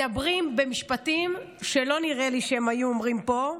מדברים במשפטים שלא נראה לי שהם היו אומרים פה,